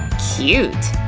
cute!